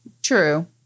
True